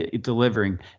delivering